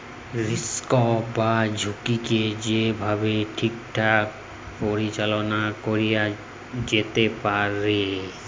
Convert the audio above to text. risk বা ঝুঁকিকে যে ভাবে ঠিকঠাক পরিচাললা ক্যরা যেতে পারে